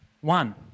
one